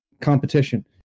competition